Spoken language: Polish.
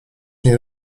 nie